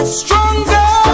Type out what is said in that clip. stronger